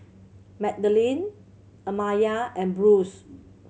Madaline Amaya and Bruce